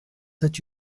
that